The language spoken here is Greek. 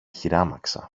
χειράμαξα